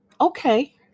Okay